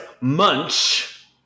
Munch